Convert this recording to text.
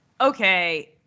Okay